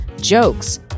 jokes